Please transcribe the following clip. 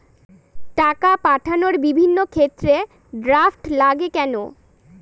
টাকা পাঠানোর বিভিন্ন ক্ষেত্রে ড্রাফট লাগে কেন?